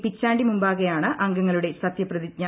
പിച്ചാണ്ടി മുമ്പാകെയാണ് അംഗങ്ങളുടെ സത്യപ്രതിജ്ഞ